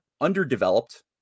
underdeveloped